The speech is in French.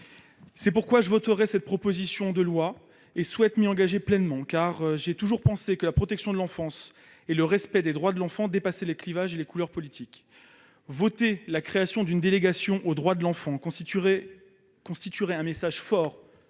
C'est pourquoi je voterai cette proposition de loi et souhaite m'y engager pleinement. J'ai toujours pensé que la protection de l'enfance et le respect des droits de l'enfant dépassaient les clivages et les couleurs politiques. Très bien ! Voter la création d'une délégation aux droits de l'enfant constituerait un message fort